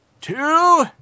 two